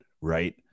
right